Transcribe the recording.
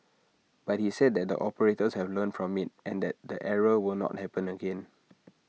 but he said that the operators have learnt from IT and that the error will not happen again